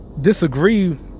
Disagree